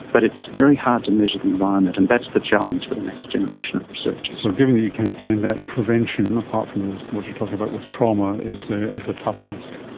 but it's very hard to measure the environment, and that's the challenge for the next generation of researchers. so given that you can't find that, prevention, apart from what you're talking about with trauma, is is a tough ask.